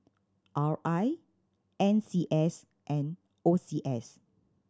R I N C S and O C S